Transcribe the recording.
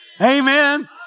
Amen